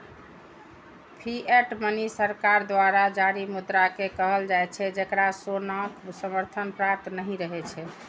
fiat money सरकार द्वारा जारी मुद्रा कें कहल जाइ छै, जेकरा सोनाक समर्थन प्राप्त नहि रहै छै